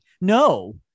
No